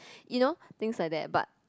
you know things like that but